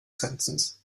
senses